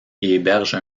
héberge